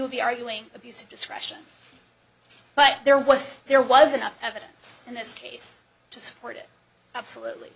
will be arguing abuse of discretion but there was there was enough evidence in this case to support it absolutely